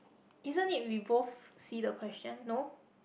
isn't it we both see the question no